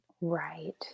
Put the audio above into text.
Right